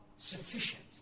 Sufficient